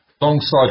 Alongside